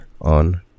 on